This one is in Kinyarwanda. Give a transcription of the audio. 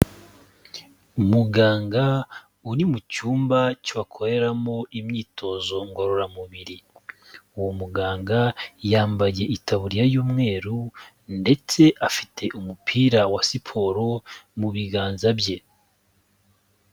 Muganga uri mu cyumba cyo bakoreramo imyitozo ngororamubiri, uwo muganga yambaye itaburiya y'umweru ndetse afite umupira wa siporo mu biganza bye.